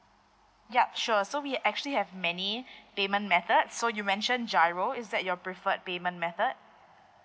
yup sure so we actually have many payment method so you mentioned GIRO is that your preferred payment method